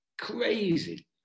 crazy